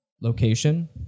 Location